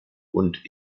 und